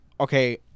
Okay